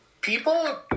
People